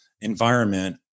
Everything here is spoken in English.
environment